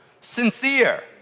Sincere